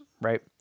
right